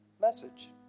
message